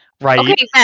right